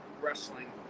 wrestling